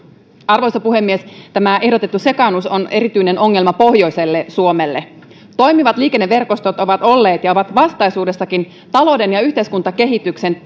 arvoisa puhemies tämä ehdotettu sekaannus on erityinen ongelma pohjoiselle suomelle toimivat liikenneverkostot ovat olleet ja ovat vastaisuudessakin talouden ja yhteiskuntakehityksen